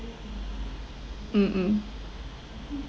mm mm